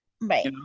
Right